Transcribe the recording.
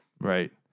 Right